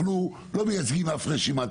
אנחנו לא מייצגים אף רשימה,